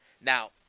Now